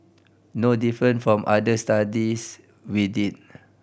no different from other studies we did